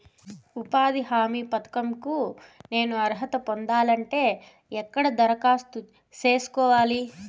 ఉపాధి హామీ పథకం కు నేను అర్హత పొందాలంటే ఎక్కడ దరఖాస్తు సేసుకోవాలి?